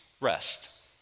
rest